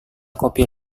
kopi